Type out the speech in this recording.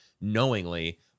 knowingly